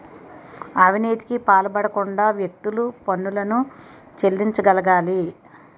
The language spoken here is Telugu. అవినీతికి పాల్పడకుండా వ్యక్తులు పన్నులను చెల్లించగలగాలి